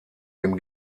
dem